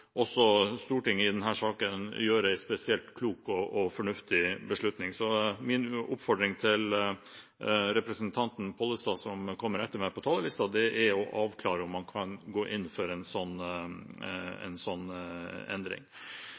også Stortinget i denne saken gjøre en spesielt klok og fornuftig beslutning. Min oppfordring til representanten Pollestad, som kommer etter meg på talerlisten, er å avklare om man kan gå inn for en sånn endring.